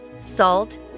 salt